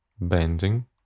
bending